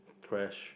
trash